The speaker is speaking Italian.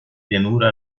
pianura